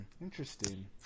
Interesting